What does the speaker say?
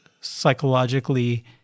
psychologically